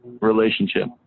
relationship